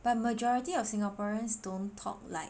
but majority of Singaporeans don't talk like